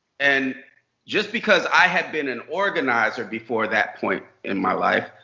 and just because i had been an organizer before that point in my life,